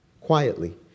Quietly